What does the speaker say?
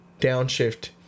downshift